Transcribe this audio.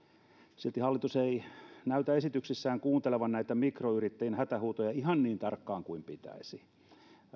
silti hallitus ei näytä esityksissään kuuntelevan näitä mikroyrittäjien hätähuutoja ihan niin tarkkaan kuin pitäisi